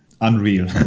unreal